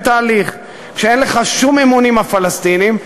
תהליך כשאין לך שום אמון עם הפלסטינים,